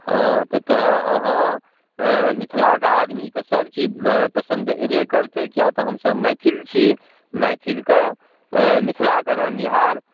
हँ तऽ तेँ अहाँ अँए मिथिलाके आदमीके सबचीज अएँ पसन्द हेबे करतै किएक तऽ हमसब मैथिल छी मैथिलके अँए मिथिलाके रहनिहार